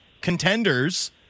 Contenders